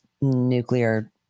nuclear